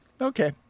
Okay